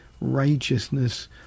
righteousness